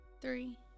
three